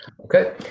Okay